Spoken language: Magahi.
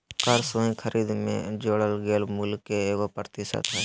कर स्वयं खरीद में जोड़ल गेल मूल्य के एगो प्रतिशत हइ